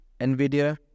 Nvidia